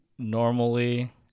normally